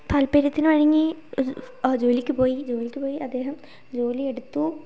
താല്പര്യത്തിനു വഴങ്ങി ജോലിക്കു പോയി ജോലിക്കു പോയി അദ്ദേഹം ജോലിയെടുത്തു